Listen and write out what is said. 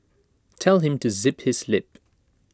tell him to zip his lip